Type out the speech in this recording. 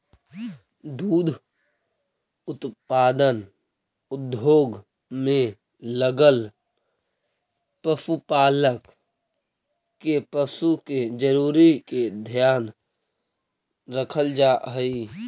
दुग्ध उत्पादन उद्योग में लगल पशुपालक के पशु के जरूरी के ध्यान रखल जा हई